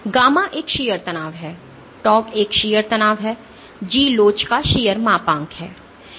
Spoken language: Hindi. गामा एक शीयर तनाव है tau एक शीयर तनाव है G लोच का शीयर मापांक है